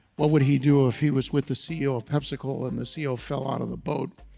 what would he do if he was with the ceo of pepsico and the ceo fell out of the boat?